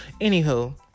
Anywho